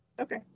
Okay